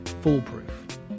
foolproof